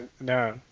no